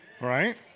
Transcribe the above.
Right